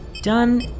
Done